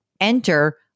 Enter